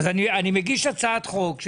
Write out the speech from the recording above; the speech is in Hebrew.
אני מגיש הצעת חוק,